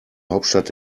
hauptstadt